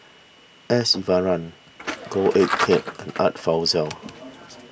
S Iswaran Goh Eck Kheng and Art Fazil